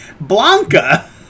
Blanca